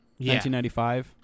1995